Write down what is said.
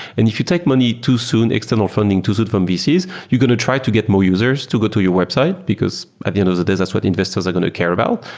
and if you take money too soon, external funding too soon from vcs, you're going to try to get more users to go to your website, because at the end of the day, that's what investors are going to care about.